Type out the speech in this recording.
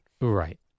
Right